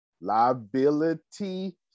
liability